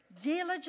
diligent